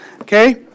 Okay